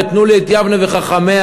ותנו לי את יבנה ואת חכמיה,